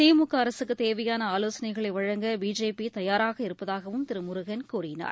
திமுகஅரசுக்குதேவையானஆலோசனைகளைவழங்க பிஜேபிதயாராக இருப்பதாகவும் திருமுருகன் கூறினார்